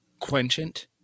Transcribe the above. Quenchant